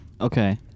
Okay